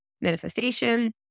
manifestation